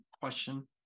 question